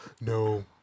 No